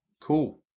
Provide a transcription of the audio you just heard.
cool